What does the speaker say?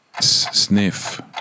Sniff